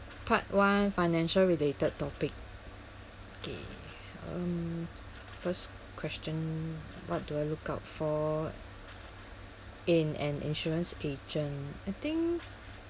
part one financial related topic okay um first question what do I look out for in an insurance agent I think